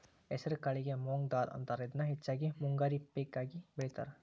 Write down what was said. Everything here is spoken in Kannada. ಹೆಸರಕಾಳಿಗೆ ಮೊಂಗ್ ದಾಲ್ ಅಂತಾರ, ಇದನ್ನ ಹೆಚ್ಚಾಗಿ ಮುಂಗಾರಿ ಪೇಕ ಆಗಿ ಬೆಳೇತಾರ